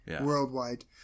worldwide